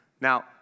Now